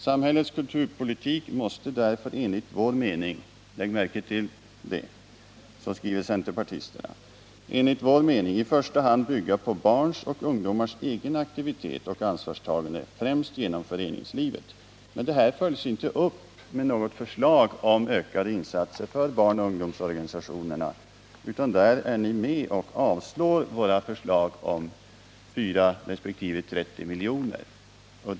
Samhällets kulturpolitik måste därför enligt vår mening ”- lägg märke till hur centerpartisterna skriver —” i första hand bygga på barns och ungdomars egen aktivitet och ansvarstagande, främst genom föreningslivet.” Men detta följs inte upp med något förslag om ökade insatser till barnoch ungdomsorganisationerna, utan där är centerpartisterna med och avslår våra förslag om 4 resp. 30 milj.kr.